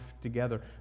together